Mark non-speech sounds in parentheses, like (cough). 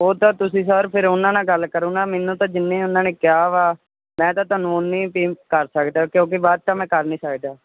ਉਹ ਤਾਂ ਤੁਸੀਂ ਸਰ ਫਿਰ ਉਹਨਾਂ ਨਾਲ ਗੱਲ ਕਰੋ ਨਾ ਮੈਨੂੰ ਤਾਂ ਜਿੰਨੀ ਉਹਨਾਂ ਨੇ ਕਿਹਾ ਵਾ ਮੈਂ ਤਾਂ ਤੁਹਾਨੂੰ ਓਨੀ (unintelligible) ਕਰ ਸਕਦਾ ਕਿਉਂਕਿ ਵੱਧ ਤਾਂ ਮੈਂ ਕਰ ਨਹੀਂ ਸਕਦਾ